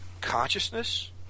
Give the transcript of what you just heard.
consciousness